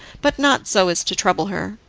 but not so as to trouble her.